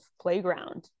playground